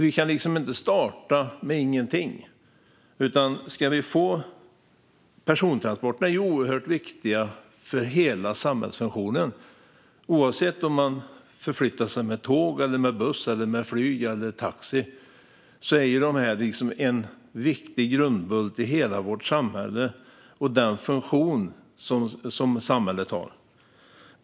Vi kan liksom inte starta med ingenting. Persontransporterna är oerhört viktiga för hela samhällsfunktionen. Oavsett om man förflyttar sig med tåg, buss, flyg eller taxi är transporterna en viktig grundbult för hela vårt samhälle och den funktion det har.